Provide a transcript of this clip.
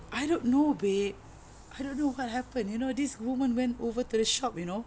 I don't know babe I don't know what happened you know this woman went over to the shop you know